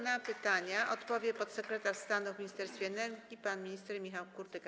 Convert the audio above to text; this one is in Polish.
Na pytania odpowie podsekretarz stanu w Ministerstwie Energii pan minister Michał Kurtyka.